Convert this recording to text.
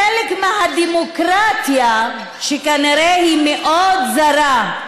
חלק מהדמוקרטיה שכנראה היא מאוד זרה,